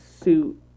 suit